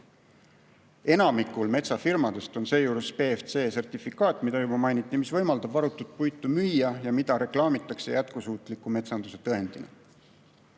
Enamikul metsafirmadest on seejuures PEFC-sertifikaat, mida juba mainiti, mis võimaldab varutud puitu müüa ja mida reklaamitakse jätkusuutliku metsanduse tõendina.